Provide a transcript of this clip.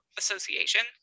association